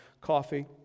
coffee